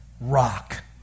rock